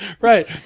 Right